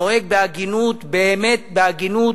נוהג בהגינות, באמת בהגינות,